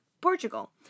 Portugal